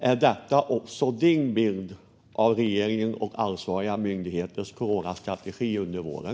Är detta också ministerns bild av regeringens och ansvariga myndigheters coronastrategi under våren?